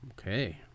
Okay